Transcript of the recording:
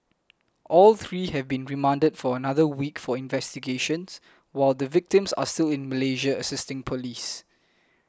all three have been remanded for another week for investigations while the victims are still in Malaysia assisting police